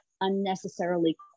unnecessarily